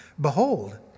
Behold